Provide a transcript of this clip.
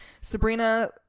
Sabrina